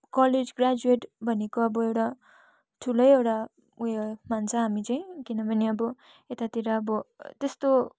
college graduate भनेको अब एउटा ठुलै एउटा उयो मान्छ हामी चाहिँ किनभने अब यतातिर अब त्यस्तो